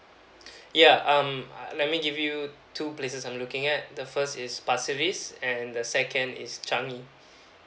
yeuh um I let me give you two places I'm looking at the first is pasir ris and the second is changi